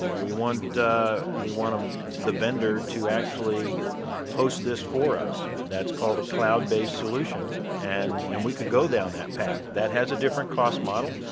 we want we want the vendor to actually host this for us, that's called a cloud-based solution and and we could go down that path. that has a different cross model